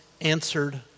answered